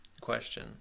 question